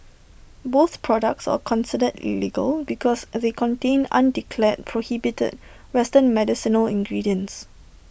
both products are considered illegal because they contain undeclared prohibited western medicinal ingredients